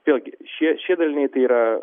vėlgi šie šie daliniai tai yra